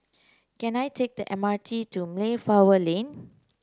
can I take the M R T to Mayflower Lane